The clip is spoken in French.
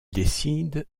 décide